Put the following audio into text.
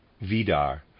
Vidar